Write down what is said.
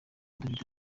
dufite